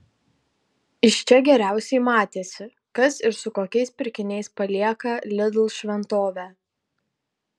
iš čia geriausiai matėsi kas ir su kokiais pirkiniais palieka lidl šventovę